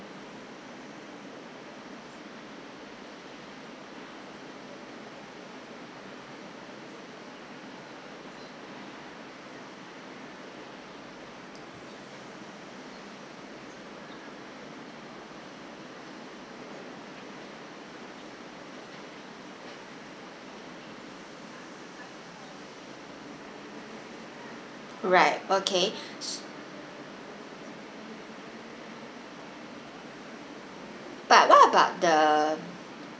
right okay s~ but what about the